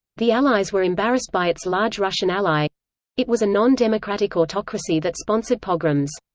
the allies were embarrassed by its large russian ally it was a non-democratic autocracy that sponsored pogroms.